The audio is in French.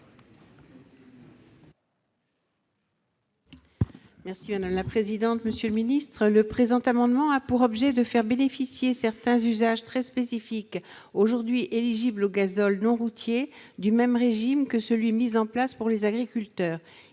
présenter l'amendement n° I-678 rectifié. Le présent amendement a pour objet de faire bénéficier certains usages très spécifiques, aujourd'hui éligibles au gazole non routier, du même régime que celui mis en place pour les agriculteurs.